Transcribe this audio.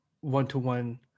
one-to-one